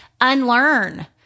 unlearn